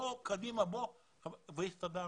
והסתדרנו,